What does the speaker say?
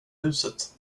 huset